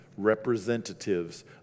representatives